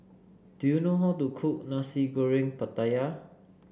do you know how to cook Nasi Goreng Pattaya